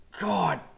God